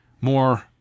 more